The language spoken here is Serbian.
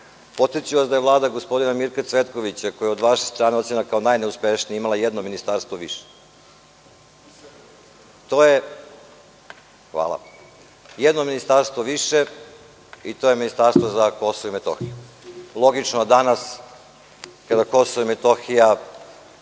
Podsetiću vas da je Vlada gospodina Mirka Cvetkovića, koja je od vaše strane ocenjena kao najneuspešnija, imala jednoministarstvo više i to je Ministarstvo za Kosovo i Metohiju. Logično, danas kada Kosovo i Metohija